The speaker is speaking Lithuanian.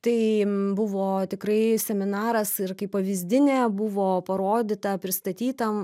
tai buvo tikrai seminaras ir kaip pavyzdinė buvo parodyta pristatyta